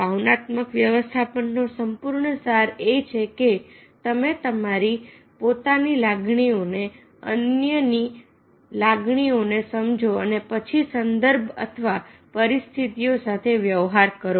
ભાવનાત્મક વ્યવસ્થાપનનો સંપૂર્ણ સાર એ છે કે તમે તમારી પોતાની લાગણીઓને અન્યની લાગણીઓને સમજો અને પછી સંદર્ભ અથવા પરિસ્થિતિઓ સાથે વ્યવહાર કરો